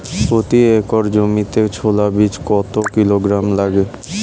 প্রতি একর জমিতে ছোলা বীজ কত কিলোগ্রাম লাগে?